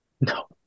No